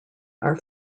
are